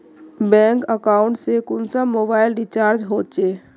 Bank account से कुंसम mobile recharge होचे?